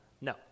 No